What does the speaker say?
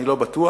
אני לא בטוח,